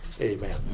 Amen